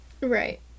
Right